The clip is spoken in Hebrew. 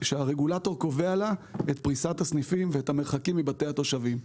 שהרגולטור קובע לה את פריסת הסניפים ואת המרחקים מבתי התושבים.